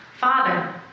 Father